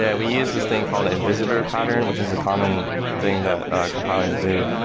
yeah we use this thing called a visitor pattern, which is a common thing that compilers do.